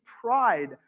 pride